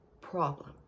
problem